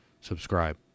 subscribe